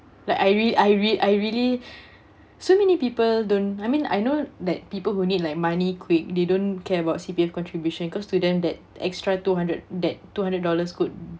like I rea~ I rea~ I really so many people don't I mean I know that people who need like money quick they don't care about C_P_F contribution because to them that extra two hundred that two hundred dollars could